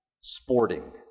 sporting